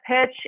pitch